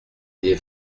est